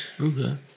okay